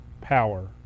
power